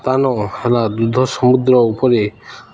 ସ୍ଥାନ ହେଲା ଦୁଗ୍ଧ ସମୁଦ୍ର ଉପରେ